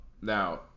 Now